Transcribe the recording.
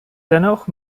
dennoch